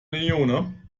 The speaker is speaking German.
leone